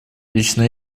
лично